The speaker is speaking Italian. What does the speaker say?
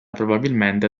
probabilmente